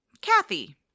Kathy